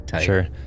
Sure